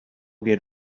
get